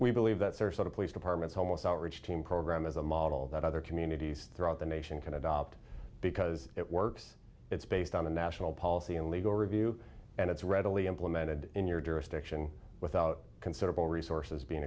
we believe that there are sort of police departments homeless outreach team program is a model that other communities throughout the nation can adopt because it works it's based on a national policy and legal review and it's readily implemented in your jurisdiction without considerable resources being